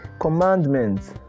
commandments